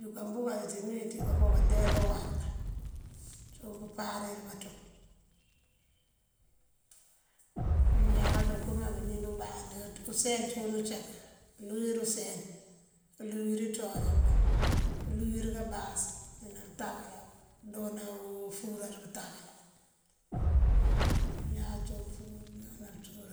Bukáa búupárú ţí bëënjínc búunkáanjá boonkoo káandeelá uwar cíiwun pëëmpáarir banţoŋ. Mëëya mëënkëëmáa abënim, ndëëmbandi, use ciun ucak këlúwir use, këlúwir iţúwáari këlúwir kabaas ná bëëtákála. Ţí këëndoona ufuungëreru bëëtákála iñaan naancí nëntúwar.